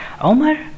Omar